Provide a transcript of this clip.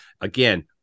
again